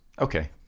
okay